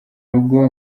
rugo